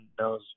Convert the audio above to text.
knows